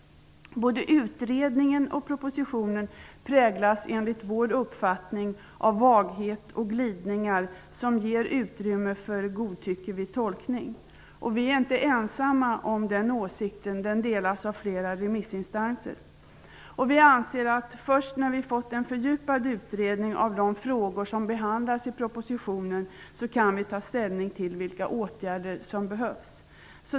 Både utredningen och propositionen präglas enligt vår uppfattning av vaghet och glidningar som ger utrymme för godtycke vid tolkning. Vi är inte ensamma om den åsikten, utan den delas av flera remissinstanser. Vi anser att först när vi fått en fördjupad utredning av de frågor som behandlas i propositionen kan vi ta ställning till vilka åtgärder som behövs.